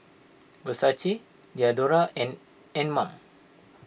Versace Diadora and Anmum